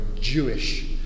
Jewish